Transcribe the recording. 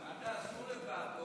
מה תעשו לבד?